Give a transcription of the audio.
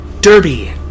Derby